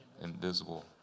invisible